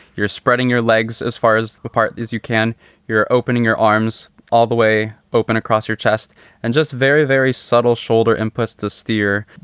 you're spreading your legs. as far as part is, you can you're opening your arms all the way open across your chest and just very, very subtle shoulder inputs to steer,